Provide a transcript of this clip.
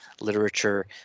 literature